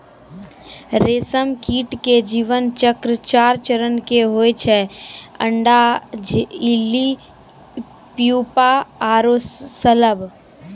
रेशम कीट के जीवन चक्र चार चरण के होय छै अंडा, इल्ली, प्यूपा आरो शलभ